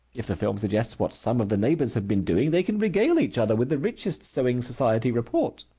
if the film suggests what some of the neighbors have been doing, they can regale each other with the richest sewing society report.